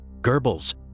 Goebbels